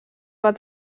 van